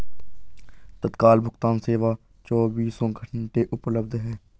तत्काल भुगतान सेवा चोबीसों घंटे उपलब्ध है